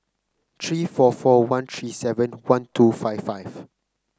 three four four one three seven one two five five